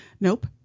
Nope